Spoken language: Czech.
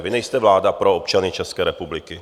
Vy nejste vláda pro občany České republiky.